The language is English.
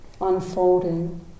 unfolding